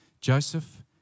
Joseph